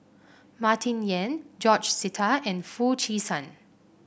Martin Yan George Sita and Foo Chee San